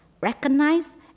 Recognize